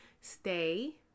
stay